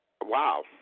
wow